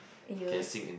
!aiyo!